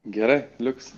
gerai liuks